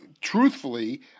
truthfully